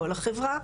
כל החברה.